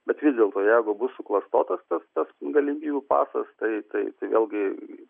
bet vis dėlto jeigu bus suklastotas tas tas galimybių pasas tai tai tai vėlgi